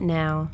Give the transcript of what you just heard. now